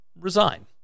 resign